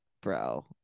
bro